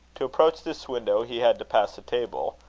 to approach this window he had to pass a table,